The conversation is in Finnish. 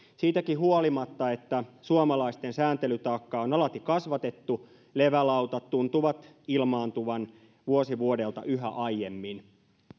siitäkin huolimatta että suomalaisten sääntelytaakkaa on alati kasvatettu levälautat tuntuvat ilmaantuvan vuosi vuodelta yhä aiemmin